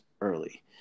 early